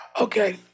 okay